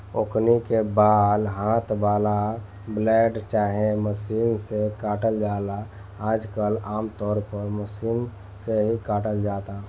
ओकनी के बाल हाथ वाला ब्लेड चाहे मशीन से काटल जाला आजकल आमतौर पर मशीन से ही काटल जाता